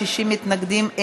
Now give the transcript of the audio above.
60 מתנגדים.